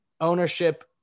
ownership